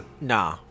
Nah